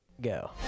go